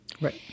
Right